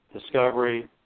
discovery